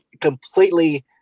completely